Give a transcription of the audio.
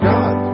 God